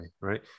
right